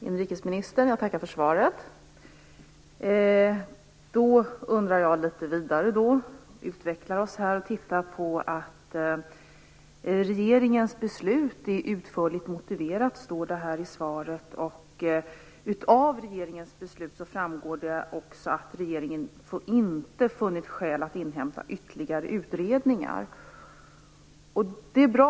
Herr talman! Jag tackar inrikesministern för svaret. "Regeringens beslut är utförligt motiverade", står det i svaret. Av regeringens beslut framgår det att regeringen inte funnit skäl att inhämta ytterligare utredningar. Det är bra.